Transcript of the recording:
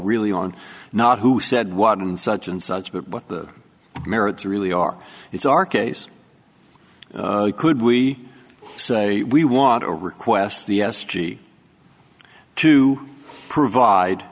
really on not who said what and such and such but what the merits really are it's our case could we say we want to request the s g to provide